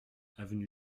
avenue